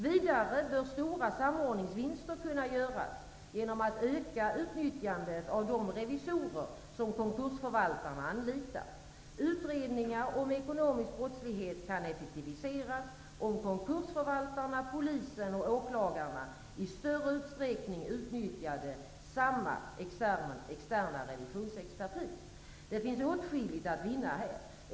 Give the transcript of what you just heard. Vidare bör stora samordningsvinster kunna göras genom att öka utnyttjandet av de revisorer som konkursförvaltarna anlitar. Utredningar om ekonomisk brottslighet kan effektiviseras om konkursförvaltarna, polisen och åklagarna i större utsträckning utnyttjar samma externa revisionsexpertis. Det finns åtskilligt att vinna här.